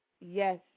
Yes